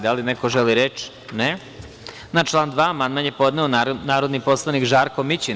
Da li neko želi reč? (Ne.) Na član 2. amandman je podneo narodni poslanik Žarko Mićin.